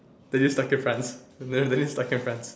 then you stuck in France then then you stuck in France